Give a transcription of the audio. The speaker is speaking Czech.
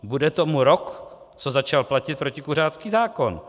Bude tomu rok, co začal platit protikuřácký zákon.